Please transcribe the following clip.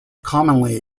commonly